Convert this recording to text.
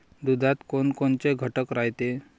दुधात कोनकोनचे घटक रायते?